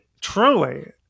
truly